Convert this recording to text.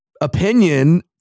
opinion